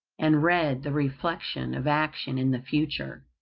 and read the reflection of action in the future.